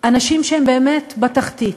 אנשים שהם באמת בתחתית,